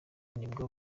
nibwo